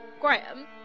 Graham